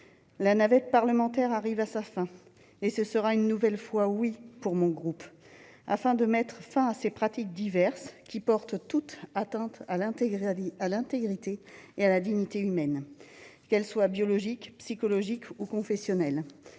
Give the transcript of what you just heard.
La navette parlementaire arrive à son terme, et ce sera une nouvelle fois « oui » pour mon groupe, afin de mettre fin à ces pratiques diverses qui portent toutes atteinte à l'intégrité et à la dignité humaine. Qu'elles soient biologiques, psychologiques ou confessionnelles,